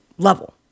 Level